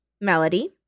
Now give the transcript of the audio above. Melody